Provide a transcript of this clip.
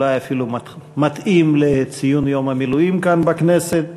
אולי אפילו מתאים לציון יום המילואים כאן בכנסת.